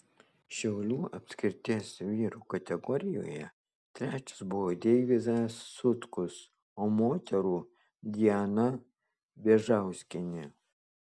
šiaulių apskrities vyrų kategorijoje trečias buvo deivydas sutkus o moterų diana vėžauskienė